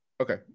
okay